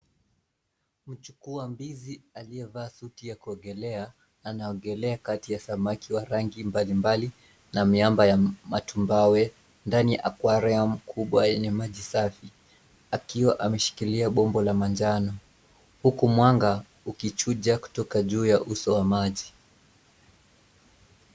Mchukuu wa mbizi aliyevaa suti ya kuongelea ana ongelea kati wa samaki mbalimbali na miamba ya matumbawe ndani ya aquarium kubwa yenye maji safi akiwa ameshikilia bomba la manjano huku mwanga uki chuja kutoka juu ya uso wa maji.